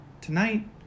Tonight